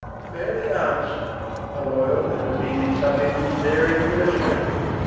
fairely answer'd a loyall, and obedient subiect is therein illustrated,